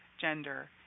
gender